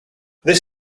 this